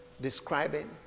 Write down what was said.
describing